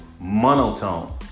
monotone